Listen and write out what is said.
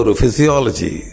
physiology